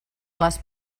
les